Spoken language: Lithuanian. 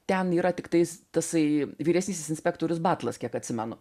ten yra tiktai tasai vyresnysis inspektorius batlas kiek atsimenu